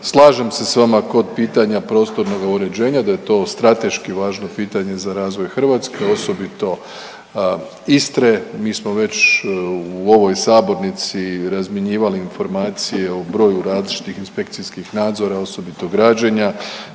Slažem se s vama kod pitanja prostornoga uređenja da je to strateški važno pitanje za razvoj Hrvatske, osobito Istre. Mi smo već u ovoj sabornici razmjenjivali informacije o broju različitih inspekcijskih nadzora osobito građenja.